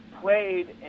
played